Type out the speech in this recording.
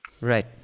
Right